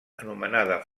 anomenada